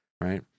right